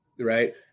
right